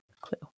clue